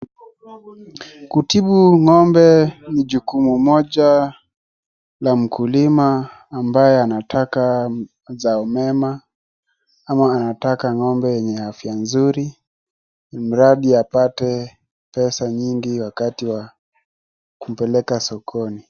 Kutibu ng'ombe ni jukumu moja ya mkulima ambaye anataka mazao mema, ama anataka ng'ombe enye afya nzuri, mradi apate pesa wakati wa kumpeleka sokoni.